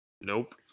Nope